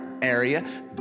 area